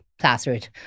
plastered